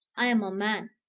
i am a man,